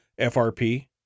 FRP